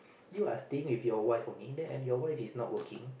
you are staying with your wife only then and your wife is not working